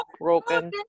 broken